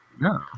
No